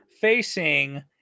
facing